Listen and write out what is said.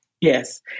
Yes